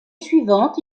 suivante